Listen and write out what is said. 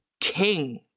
king